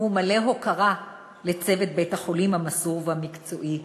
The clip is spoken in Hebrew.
והוא מלא הוקרה לצוות בית-החולים המסור והמקצועי.